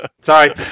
sorry